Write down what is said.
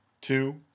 two